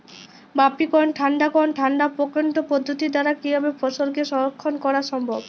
বাষ্পীকরন ঠান্ডা করণ ঠান্ডা প্রকোষ্ঠ পদ্ধতির দ্বারা কিভাবে ফসলকে সংরক্ষণ করা সম্ভব?